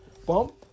bump